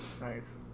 Nice